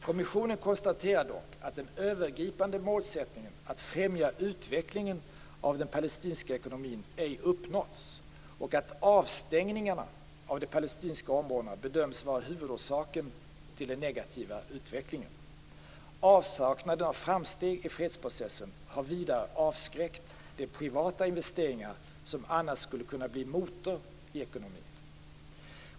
Kommissionen konstaterar dock att den övergripande målsättningen att främja utvecklingen av den palestinska ekonomin ej uppnåtts och att avstängningarna av de palestinska områdena bedöms vara huvudorsaken till den negativa utvecklingen. Avsaknaden av framsteg i fredsprocessen har vidare avskräckt de privata investeringar som annars skulle kunna bli motor i ekonomin.